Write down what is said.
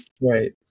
Right